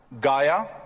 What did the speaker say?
Gaia